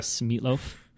meatloaf